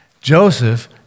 Joseph